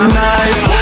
nice